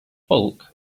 fulk